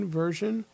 version